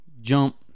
jump